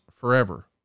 forever